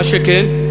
מה שכן,